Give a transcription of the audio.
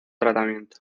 tratamiento